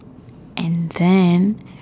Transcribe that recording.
and then